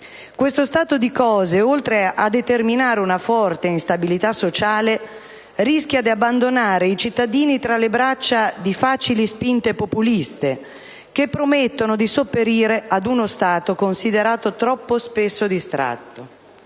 Questo stato di cose, oltre a determinare una forte instabilità sociale, rischia di abbandonare i cittadini tra le braccia di facili spinte populiste che promettono di sopperire ad uno Stato considerato troppo spesso distratto.